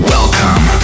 Welcome